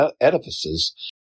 edifices